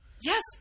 Yes